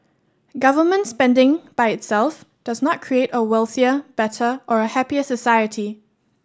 government spending by itself does not create a wealthier better or a happier society